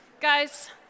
Guys